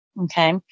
okay